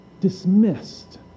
dismissed